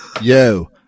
Yo